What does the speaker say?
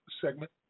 segment